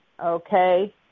Okay